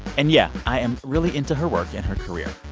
and yeah, i am really into her work and her career.